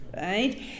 Right